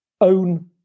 own